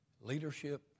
Leadership